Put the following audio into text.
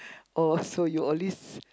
oh so you always